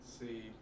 see